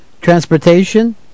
transportation